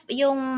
yung